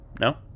no